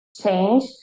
change